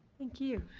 thank you.